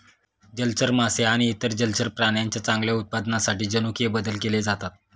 जलचर मासे आणि इतर जलचर प्राण्यांच्या चांगल्या उत्पादनासाठी जनुकीय बदल केले जातात